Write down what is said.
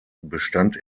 bestand